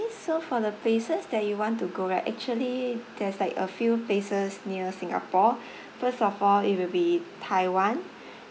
so for the places that you want to go right actually there's like a few places near singapore first of all it will be taiwan